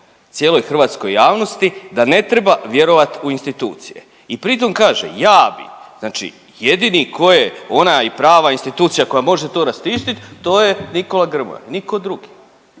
cijeloj hrvatskoj javnosti da ne treba vjerovati u institucije i pritom kaže ja bi, znači jedini koji je ona i prava institucija koja može to raščistiti to je Nikola Grmoja nitko drugi.